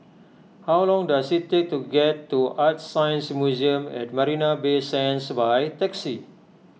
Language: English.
how long does it take to get to ArtScience Museum at Marina Bay Sands by taxi